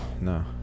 No